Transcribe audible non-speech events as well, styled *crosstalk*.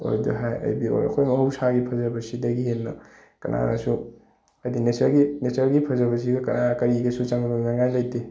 *unintelligible* ꯑꯩꯈꯣꯏ ꯃꯍꯧꯁꯥꯒꯤ ꯐꯖꯕꯁꯤꯗꯒꯤ ꯍꯦꯟꯅ ꯀꯅꯥꯅꯁꯨ ꯍꯥꯏꯗꯤ ꯅꯦꯆꯔꯒꯤ ꯐꯖꯕꯁꯤꯒ ꯀꯅꯥ ꯀꯔꯤꯒꯁꯨ ꯆꯥꯡꯗꯝꯅꯅꯉꯥꯏ ꯂꯩꯇꯦ